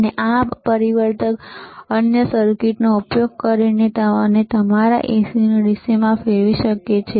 અને આ પરિવર્તક અને અન્ય સર્કિટનો ઉપયોગ કરીને અમે તમારા AC ને DC માં ફેરવી કરી શકીએ છીએ